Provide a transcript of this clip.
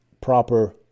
proper